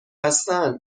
هستن